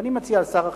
ואני מציע לשר החינוך,